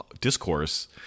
discourse